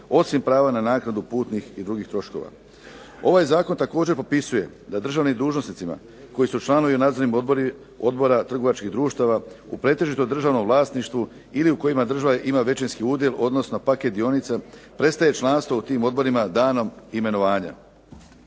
osim prava na naknadu putnih i drugih troškova. Ovaj Zakon također propisuje da državnim dužnosnicima koji su članovi u nadzornim odborima trgovačkih društava u pretežito državnom vlasništvu ili u kojima država ima većinski udjel, odnosno paket dionica prestaje članstvo u tim odborima danom imenovanja